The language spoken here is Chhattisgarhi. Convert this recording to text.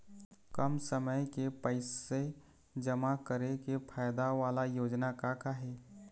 कम समय के पैसे जमा करे के फायदा वाला योजना का का हे?